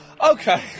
Okay